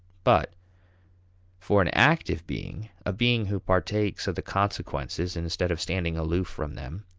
but for an active being, a being who partakes of the consequences instead of standing aloof from them,